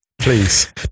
Please